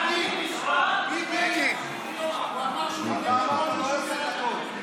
מיקי, מיקי, הוא אמר שהוא ייתן לו עשר דקות.